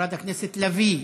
חברת הכנסת לביא,